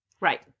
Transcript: Right